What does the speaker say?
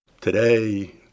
Today